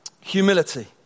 Humility